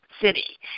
city